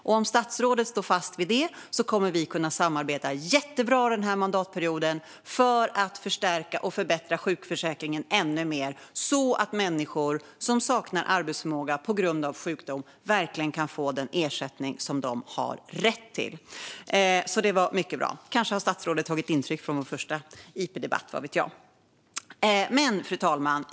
Om statsrådet står fast vid det kommer vi att kunna samarbeta jättebra den här mandatperioden för att förstärka och förbättra sjukförsäkringen ännu mer, så att människor som saknar arbetsförmåga på grund av sjukdom verkligen kan få den ersättning som de har rätt till. Detta var mycket bra. Vad vet jag - kanske har statsrådet tagit intryck från vår första interpellationsdebatt. Fru talman!